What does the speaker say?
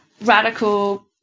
radical